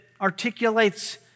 articulates